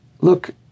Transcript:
look